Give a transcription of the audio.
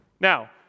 Now